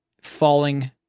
falling